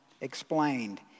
explained